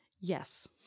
Yes